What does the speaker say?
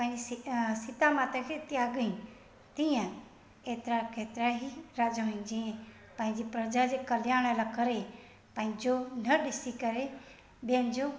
पंहिंजी सि सीता माता खे त्यागई तीअं एतिरा केतिरा ई राजा आहिनि जीअं पंहिंजी प्रजा जे कल्याण लाइ करे पंहिंजो न ॾिसी करे ॿियनि जो